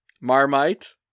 Marmite